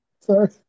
Sorry